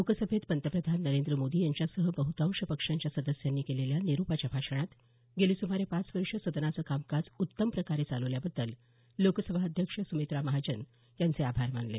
लोकसभेत पंतप्रधान नरेंद्र मोदी यांच्यासह बहतांश पक्षांच्या सदस्यांनी केलेल्या निरोपाच्या भाषणात गेली सुमारे पाच वर्ष सदनाचं कामकाज उत्तमप्रकारे चालवल्याबद्दल लोकसभाध्यक्ष सुमित्रा महाजन यांचे आभार मानले